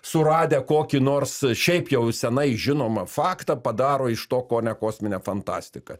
suradę kokį nors šiaip jau senai žinomą faktą padaro iš to ko ne kosminę fantastiką